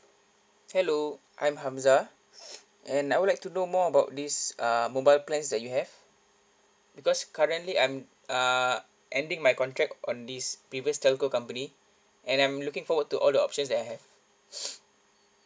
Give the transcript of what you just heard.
hello I'm hamza and I would like to know more about this uh mobile plans that you have because currently I am uh ending my contract on this previous telco company and I'm looking forward to all the options that I have